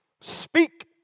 Speak